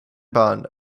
bond